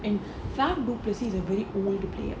in fact duplesis is a very old player